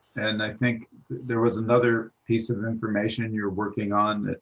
and i think there was another piece of information you're working on,